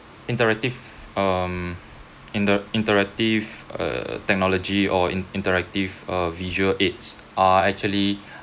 interactive um in the interactive err technology or in interactive uh visual aids are actually